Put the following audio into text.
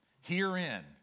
herein